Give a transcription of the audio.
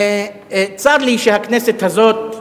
צר לי שהכנסת הזאת,